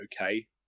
okay